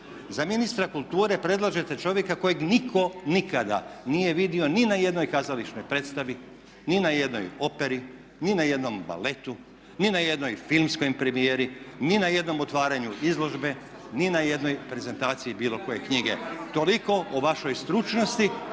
za ministra kulture predlažete čovjeka kojeg nitko nikada nije vidio ni na jednoj kazališno predstavi, ni na jednoj operi, ni na jednom baletu, ni na jednoj filmskoj premijeri, ni na jednom otvaranju izložbe, ni na jednoj prezentaciji bilo koje knjige. Toliko o vašoj stručnosti